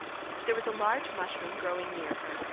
there was a large mushroom growing near her,